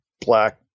black